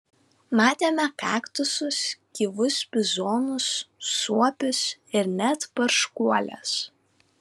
matėme kaktusus gyvus bizonus suopius ir net barškuoles